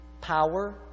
power